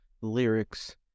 lyrics